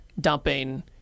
dumping